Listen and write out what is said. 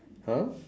!huh!